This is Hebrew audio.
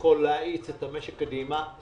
יכול להאיץ את המשק קדימה.